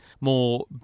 more